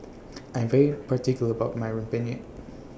I Am very particular about My Rempeyek